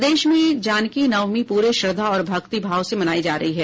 प्रदेश में जानकी नवमी पूरे श्रद्धा और भक्ति भाव से मनायी जा रही है